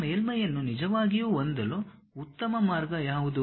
ಆ ಮೇಲ್ಮೈಯನ್ನು ನಿಜವಾಗಿಯೂ ಹೊಂದಲು ಉತ್ತಮ ಮಾರ್ಗ ಯಾವುದು